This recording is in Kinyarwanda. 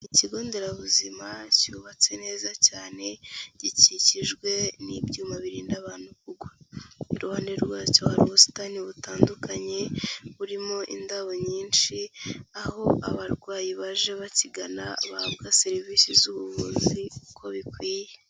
Ikigo nderabuzima cyubatse neza cyane gikikijwe n'ibyuma birinda abantu kugwa, iruhande rwacyo hari ubusitani butandukanye burimo indabo nyinshi, aho abarwayi baje bakigana bahabwa serivisi z'ubuvuzi uko bikwiye.